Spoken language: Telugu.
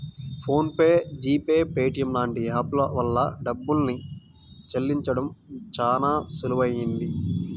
phone pay, G pay, Paytm లాంటి యాప్ ల వల్ల డబ్బుల్ని చెల్లించడం చానా సులువయ్యింది